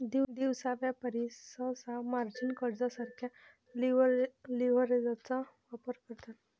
दिवसा व्यापारी सहसा मार्जिन कर्जासारख्या लीव्हरेजचा वापर करतात